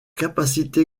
capacité